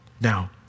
Now